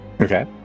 Okay